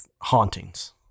hauntings